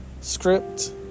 script